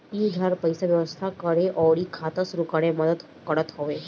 इ उधार पईसा के व्यवस्था करे अउरी खाता शुरू करे में मदद करत हवे